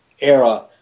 era